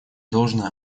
должное